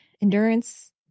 endurance